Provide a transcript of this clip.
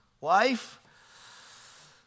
Wife